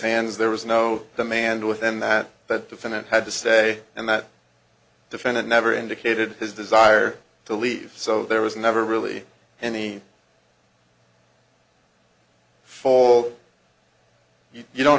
hands there was no demand within that that the fin and had to say and that defendant never indicated his desire to leave so there was never really any fault you don't